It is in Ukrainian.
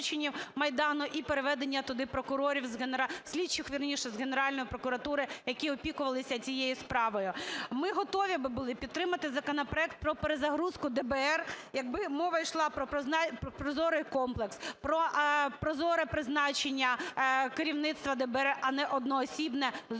Майдану і переведення туди прокурорів… слідчих, вірніше, з Генеральної прокуратури, які опікувалися цією справою. Ми готові були б підтримати законопроект про перезагрузку ДБР, якби мова йшла про прозорий комплекс, про прозоре призначення керівництва ДБР, а не одноосібне з